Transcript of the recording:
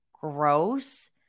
gross